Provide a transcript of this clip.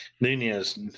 Nunez